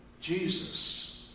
Jesus